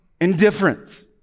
indifference